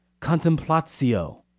Contemplatio